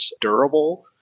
durable